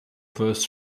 first